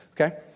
okay